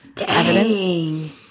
evidence